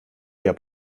eher